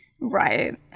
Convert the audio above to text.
Right